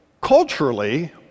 Culturally